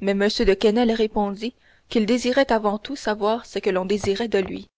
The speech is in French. mais m de quesnel répondit qu'il désirait avant tout savoir ce que l'on désirait de lui